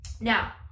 now